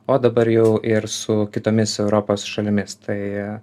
o dabar jau ir su kitomis europos šalimis tai